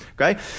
Okay